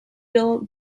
built